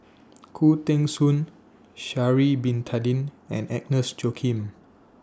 Khoo Teng Soon Sha'Ari Bin Tadin and Agnes Joaquim